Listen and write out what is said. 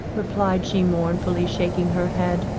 replied she mournfully, shaking her head,